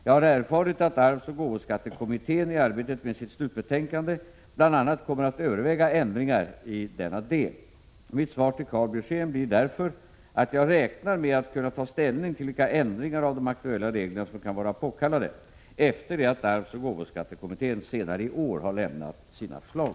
Jag har erfarit att arvsoch gåvoskattekommittén i arbetet med sitt slutbetänkande bl.a. kommer att överväga ändringar i denna del. Mitt svar till Karl Björzén blir därför att jag räknar med att kunna ta ställning till vilka ändringar av de aktuella reglerna som kan vara påkallade efter det att arvsoch gåvoskattekommittén senare i år har lämnat sina förslag.